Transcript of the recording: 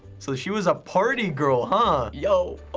so she was a party girl, huh. yo,